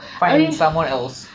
find someone else